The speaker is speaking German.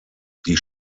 die